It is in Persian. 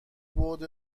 بُعد